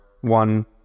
one